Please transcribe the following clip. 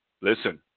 Listen